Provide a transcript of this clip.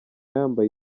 yambaye